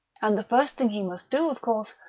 and the first thing he must do, of course,